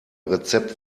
rezept